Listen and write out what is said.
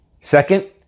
Second